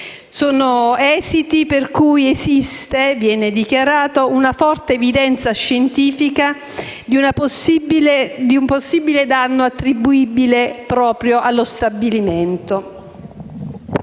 Sono esiti per cui esiste e viene dichiarata la forte evidenza scientifica di un possibile danno attribuibile proprio allo stabilimento.